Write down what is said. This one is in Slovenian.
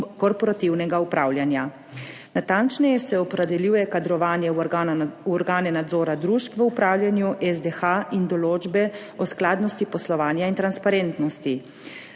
korporativnega upravljanja. Natančneje se opredeljuje kadrovanje v organe nadzora družb v upravljanju SDH in določbe o skladnosti poslovanja in transparentnosti.